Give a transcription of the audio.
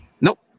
Nope